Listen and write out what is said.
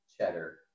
cheddar